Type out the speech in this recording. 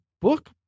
book